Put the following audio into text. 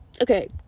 Okay